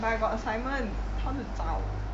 but I got assignment how to 早